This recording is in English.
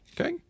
Okay